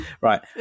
right